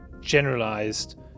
generalized